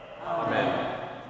Amen